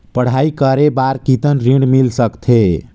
पढ़ाई करे बार कितन ऋण मिल सकथे?